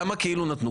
למה כאילו נתנו?